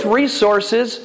resources